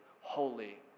holy